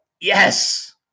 Yes